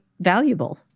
valuable